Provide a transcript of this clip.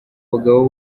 bagabo